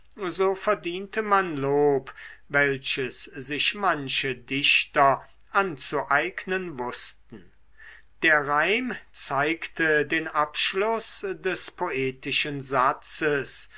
so verdiente man lob welches sich manche dichter anzueignen wußten der reim zeigte den abschluß des poetischen satzes